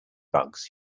bugs